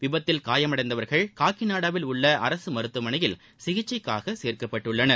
விபத்தில் காயமடைந்தவா்கள் காக்கிநாடாவில் உள்ள அரசு மருத்துவமனையில் சிகிச்சைக்காக சேர்க்கப்பட்டுள்ளனர்